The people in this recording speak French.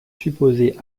supposé